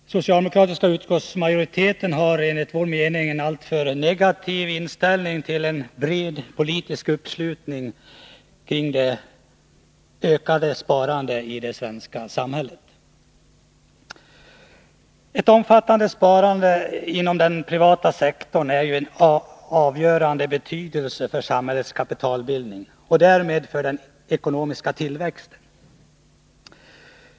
Den socialdemokratiska utskottsmajoriteten har, enligt vår mening, en alltför negativ inställning till en bred politisk uppslutning för en ökning av sparandet i det svenska samhället. Ett omfattande sparande inom den privata sektorn är av avgörande betydelse för samhällets kapitalbildning och därmed för den ekonomiska tillväxten.